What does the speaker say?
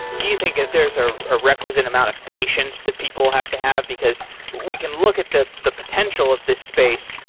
do you think there is a ah requisite amount of patience that people have to have? because we can look at the the potential of the space,